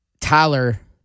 Tyler